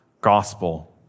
gospel